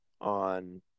on